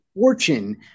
fortune